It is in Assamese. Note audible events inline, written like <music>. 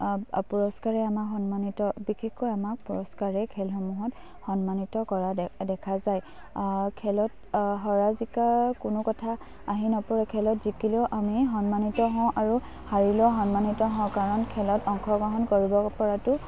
<unintelligible> পুৰস্কাৰে আমাক সন্মানিত বিশেষকৈ আমাক পুৰস্কাৰে খেলসমূহত সন্মানিত কৰা দেখা যায় খেলত হৰা জিকাৰ কোনো কথা আহি নপৰে খেলত যিকিলেও আমি সন্মানিত হওঁ আৰু হাৰিলেও সন্মানিত হওঁ কাৰণ খেলত অংশগ্ৰহণ কৰিব পৰাতো